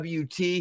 WT